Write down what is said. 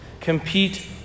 Compete